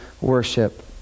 worship